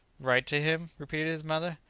write to him? repeated his mother,